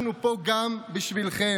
אנחנו פה גם בשבילכם.